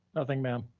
nothing, ma'am.